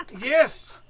Yes